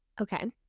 Okay